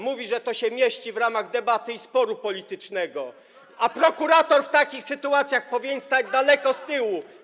Mówi, że to się mieści w granicach debaty i sporu politycznego, a prokurator w takich sytuacjach powinien stać daleko z tyłu.